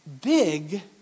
big